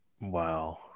Wow